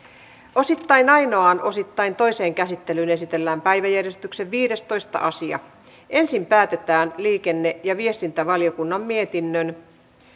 osittain ainoaan osittain toiseen käsittelyyn esitellään päiväjärjestyksen viidestoista asia ensin päätetään liikenne ja viestintävaliokunnan mietinnön